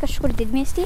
kažkur didmiesty